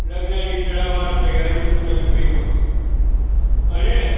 લગ્નની તડામાર તૈયારીઓ ચાલે બે પક્ષે અને